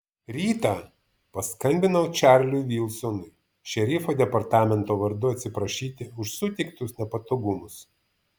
rytą paskambinau čarliui vilsonui šerifo departamento vardu atsiprašyti už suteiktus nepatogumus